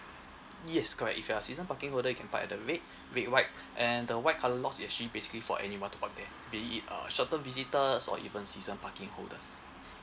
yes correct if you're a season parking holder you can park at the red red white and the white colour lots it's actually basically for anyone to park there be it uh shorter visitors or even season parking holders